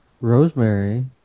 Rosemary